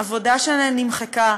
עבודה שנמחקה,